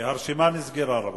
הרשימה נסגרה, רבותי.